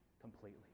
completely